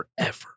forever